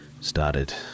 started